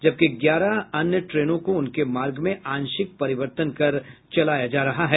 जबकि ग्यारह अन्य ट्रेनों को उनके मार्ग में आंशिक परिवर्तन कर चलाया जा रहा है